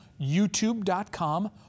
youtube.com